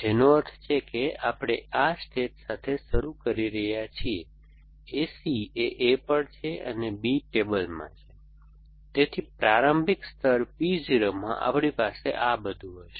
જેનો અર્થ છે કે આપણે આ સ્ટેટ સાથે શરૂ કરી રહ્યા છીએ AC એ A પર છે અને B ટેબલમાં છે તેથી પ્રારંભિક સ્તર P 0 માં આપણી પાસે આ બધું હશે